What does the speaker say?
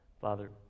Father